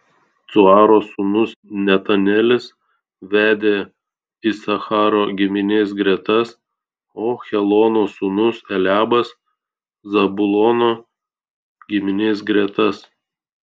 cuaro sūnus netanelis vedė isacharo giminės gretas o helono sūnus eliabas zabulono giminės gretas